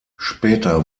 später